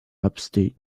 upstate